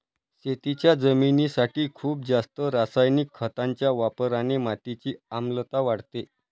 शेतीच्या जमिनीसाठी खूप जास्त रासायनिक खतांच्या वापराने मातीची आम्लता वाढते